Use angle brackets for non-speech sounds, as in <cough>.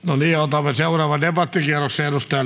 otamme seuraavan debattikierroksen edustaja <unintelligible>